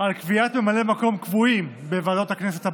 על קביעת ממלאי מקום קבועים בוועדות הכנסת הבאות: